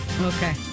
Okay